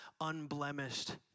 unblemished